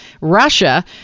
Russia